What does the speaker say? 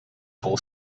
full